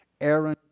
Aaron